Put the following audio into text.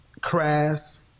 crass